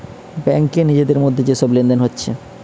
ব্যাংকে নিজেদের মধ্যে যে সব লেনদেন হচ্ছে